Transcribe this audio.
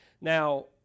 Now